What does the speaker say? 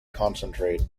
concentrate